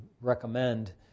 recommend